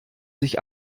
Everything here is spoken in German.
sich